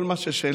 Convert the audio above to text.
כל מה ששלי,